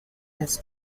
has